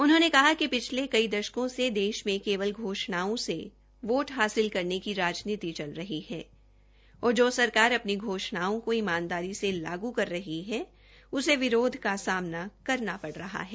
उन्होंने कहा कि पिदले दश्कों से देश में केवल घोषणाओं से वोट हासिल करने की राजनीति चल रही है और जो सरकार अपनी घोषणाओं का ईमानीदारी से लागू कर रही है उसे विरोध का सामना करना पड़ रहा है